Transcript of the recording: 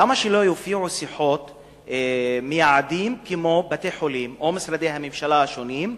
למה שלא יופיעו שיחות מיעדים כמו בתי-חולים או משרדי ממשלה שונים,